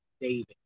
David